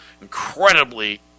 incredibly